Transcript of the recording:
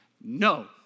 no